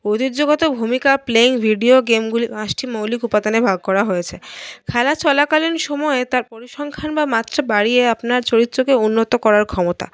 উদিত জগতে ভূমিকা playing video গেমগুলি পাঁচটি মৌলিক উপাদানে ভাগ করা হয়েছে খেলা চলাকালীন সময়ে তার পরিসংখ্যান বা মাত্রা বাড়িয়ে আপনার চরিত্রকে উন্নত করার ক্ষমতা